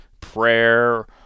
prayer